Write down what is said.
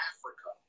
Africa